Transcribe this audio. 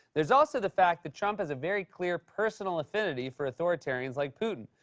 there's also the fact that trump has a very clear personal affinity for authoritarians like putin.